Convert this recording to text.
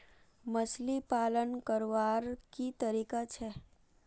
मछली पालन करवार की तरीका छे?